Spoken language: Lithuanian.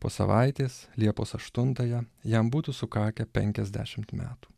po savaitės liepos aštuntąją jam būtų sukakę penkiasdešimt metų